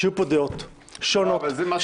דעות שונות,